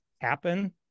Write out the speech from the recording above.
happen